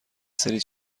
سری